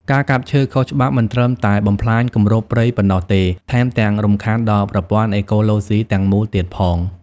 ការកាប់ឈើខុសច្បាប់មិនត្រឹមតែបំផ្លាញគម្របព្រៃប៉ុណ្ណោះទេ ថែមទាំងរំខានដល់ប្រព័ន្ធអេកូឡូស៊ីទាំងមូលទៀតផង។